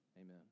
Amen